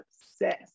obsessed